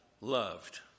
loved